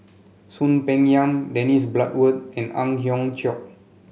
Soon Peng Yam Dennis Bloodworth and Ang Hiong Chiok